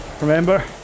Remember